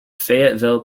fayetteville